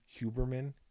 Huberman